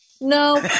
No